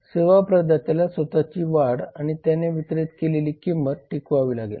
सेवा प्रदात्याला स्वतःची वाढ आणि त्याने वितरीत केलेली किंमत टिकवावी लागेल